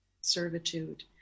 servitude